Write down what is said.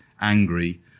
angry